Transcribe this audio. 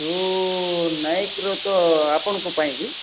ସୁ ନାଇକ୍ର ତ ଆପଣଙ୍କ ପାଇଁ କ